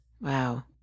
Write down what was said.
Wow